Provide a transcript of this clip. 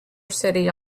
city